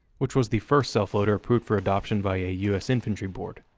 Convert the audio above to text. which was the first self-loader approved for adoption by a u s. infantry board,